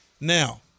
Now